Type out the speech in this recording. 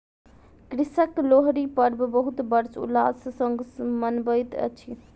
कृषक लोहरी पर्व बहुत हर्ष उल्लास संग मनबैत अछि